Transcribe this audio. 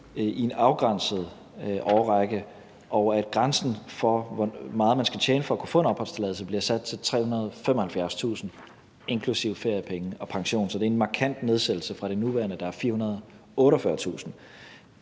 en afgrænset årrække, og hvor grænsen for, hvor meget man skal tjene for at kunne få en opholdstilladelse, bliver sat til 375.000 kr. inklusive feriepenge og pension. Så det er en markant nedsættelse fra det nuværende, der er 448.000